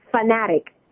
fanatic